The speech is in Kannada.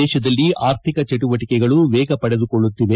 ದೇಶದಲ್ಲಿ ಆರ್ಥಿಕ ಚಟುವಟಿಕೆಗಳು ವೇಗ ಪಡೆದುಕೊಳ್ಳುತ್ತಿದೆ